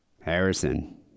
Harrison